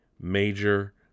Major